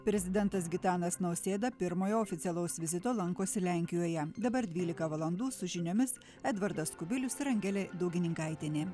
prezidentas gitanas nausėda pirmojo oficialaus vizito lankosi lenkijoje dabar dvylika valandų su žiniomis edvardas kubilius ir angelė daugininkaitienė